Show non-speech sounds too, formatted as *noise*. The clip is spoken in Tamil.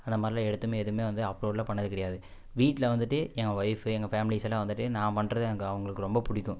அந்த மாதிரிலாம் எடுத்துமே எதுவே வந்து அப்லோட்லாம் பண்ணது கிடையாது வீட்ல வந்துட்டு எங்கள் ஒய்ஃப்பு எங்கள் ஃபேமிலிஸ் எல்லாம் வந்துட்டு நான் பண்ணுறது *unintelligible* அவங்களுக்கு ரொம்ப பிடிக்கும்